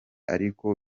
ariko